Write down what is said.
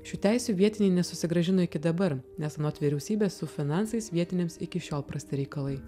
šių teisių vietiniai nesusigrąžino iki dabar nes anot vyriausybės su finansais vietiniams iki šiol prasti reikalai